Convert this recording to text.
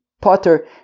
potter